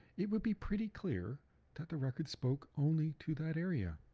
it would be pretty clear that the record spoke only to that area.